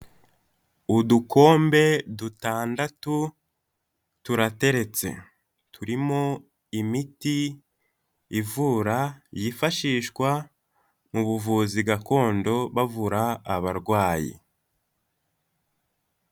Udukombe dutandatu turateretse turimo imiti ivura yifashishwa mu buvuzi gakondo bavura abarwayi.